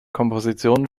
kompositionen